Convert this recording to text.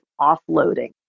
offloading